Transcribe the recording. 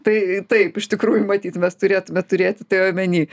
tai taip iš tikrųjų matyt mes turėtume turėti tai omeny